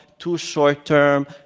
too short-term,